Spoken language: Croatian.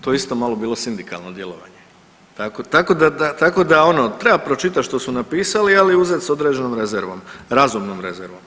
To je isto malo bilo sindikalno djelovanje, tako da ono treba pročitati što su napisali, ali uzeti sa određenom rezervom, razumnom rezervom.